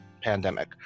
pandemic